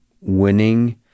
winning